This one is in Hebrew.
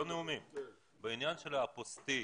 בעניין של האפוסטיל